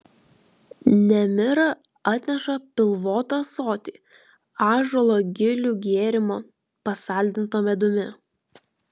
nemira atneša pilvotą ąsotį ąžuolo gilių gėrimo pasaldinto medumi